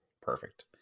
Perfect